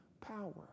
power